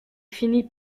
finit